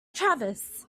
travis